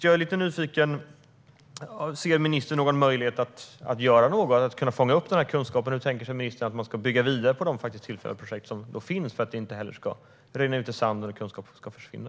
Jag är lite nyfiken: Ser ministern någon möjlighet att göra något och fånga upp kunskapen? Hur tänker sig ministern att man ska bygga vidare på de tillfälliga projekt som finns för att de inte ska rinna ut i sanden och kunskapen försvinna?